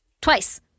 Twice